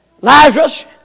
Lazarus